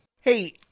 Hey